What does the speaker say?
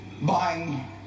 buying